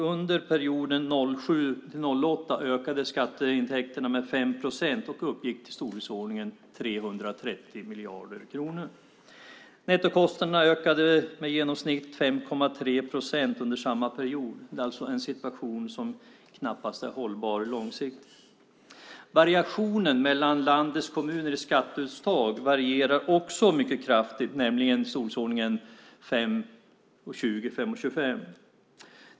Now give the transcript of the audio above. Under perioden 2007-2008 ökade skatteintäkterna med 5 procent och uppgick till storleksordningen 330 miljarder kronor. Nettokostnaderna ökade med i genomsnitt 5,3 procent under samma period. Det är alltså en situation som knappast är långsiktigt hållbar. Variationen mellan landets kommuner i skatteuttag är också mycket kraftig, i storleksordningen 5:20 kronor till 5:25 kronor.